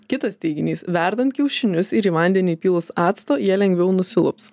kitas teiginys verdant kiaušinius ir į vandenį įpylus acto jie lengviau nusilups